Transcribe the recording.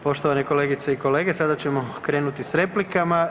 Poštovane kolegice i kolege sada ćemo krenuti s replikama.